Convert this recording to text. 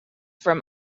from